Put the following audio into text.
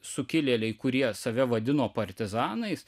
sukilėliai kurie save vadino partizanais